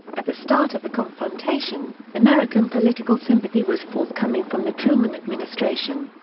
at the start of the confrontation, american political sympathy was forthcoming from the truman administration.